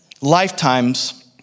lifetimes